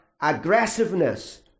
aggressiveness